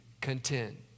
content